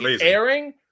airing